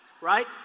Right